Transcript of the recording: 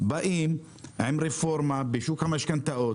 באים עם רפורמה בשוק המשכנתאות.